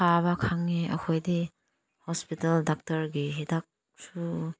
ꯐꯕ ꯈꯪꯉꯦ ꯑꯩꯈꯣꯏꯗꯤ ꯍꯣꯁꯄꯤꯇꯥꯜ ꯗꯣꯛꯇꯔꯒꯤ ꯍꯤꯗꯛꯁꯨ